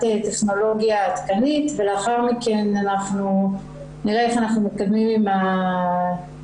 טכנולוגיה עדכנית ולאחר מכן אנחנו נראה איך אנחנו מתקדמים עם הפרויקט,